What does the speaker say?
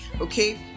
okay